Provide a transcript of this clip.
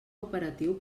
operatiu